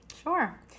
Sure